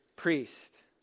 priest